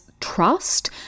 trust